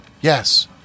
yes